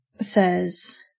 says